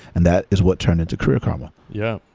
and that is what turned into career karma yeah.